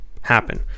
happen